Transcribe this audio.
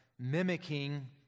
Mimicking